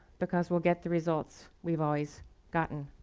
because we'll get the results we've always gotten.